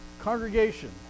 congregation